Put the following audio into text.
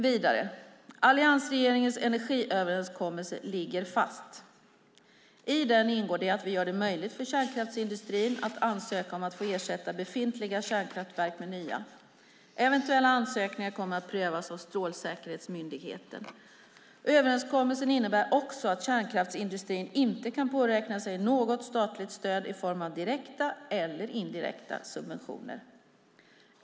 Vidare: Alliansregeringens energiöverenskommelse ligger fast. I den ingår att vi gör det möjligt för kärnkraftsindustrin att ansöka om att få ersätta befintliga kärnkraftverk med nya. Eventuella ansökningar kommer att prövas av Strålsäkerhetsmyndigheten. Överenskommelsen innebär också att kärnkraftsindustrin inte kan påräkna sig något statligt stöd i form av direkta eller indirekta subventioner.